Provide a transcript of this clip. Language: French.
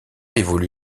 évolue